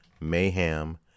mayhem